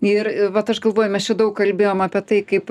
ir vat aš galvoju mes čia daug kalbėjom apie tai kaip